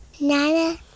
Nana